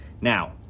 Now